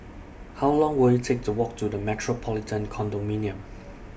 How Long Will IT Take to Walk to The Metropolitan Condominium